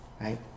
right